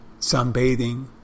sunbathing